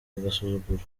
agasuzuguro